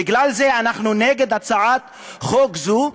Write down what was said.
בגלל זה אנחנו נגד הצעת חוק זו,